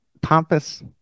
pompous